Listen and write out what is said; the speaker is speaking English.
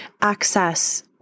access